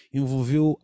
envolveu